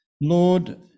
Lord